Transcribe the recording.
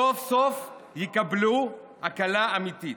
סוף-סוף יקבלו הקלה אמיתית,